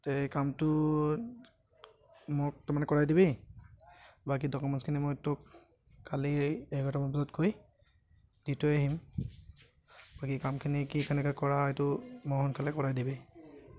তে কামটো মোক তাৰমানে কৰাই দিবি বাকী ডকুমেণ্টছখিনি মই তোক কালি এঘাৰটামান বজাত গৈ দি থৈ আহিম বাকী কামখিনি কি কেনেকৈ কৰা হয় সেইটো ম সোনকালে কৰাই দিবি